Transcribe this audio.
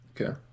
Okay